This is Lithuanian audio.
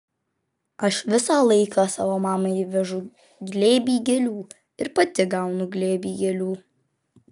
aš visą laiką savo mamai vežu glėbį gėlių ir pati gaunu glėbį gėlių